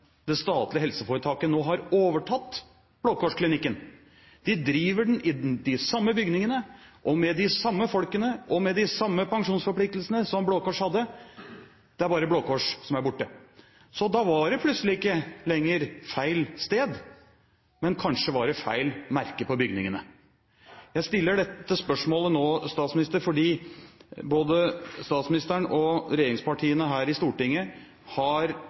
det statlige helseforetaket nå har overtatt Blå Kors-klinikken. De drever i de samme bygningene, med de samme folkene og med de samme pensjonsforpliktelsene som Blå Kors hadde. Det er bare Blå Kors som er borte. Da var det plutselig ikke lenger feil sted, men kanskje var det feil merke på bygningene. Jeg stiller dette spørsmålet nå, statsminister, fordi både statsministeren og regjeringspartiene her i Stortinget har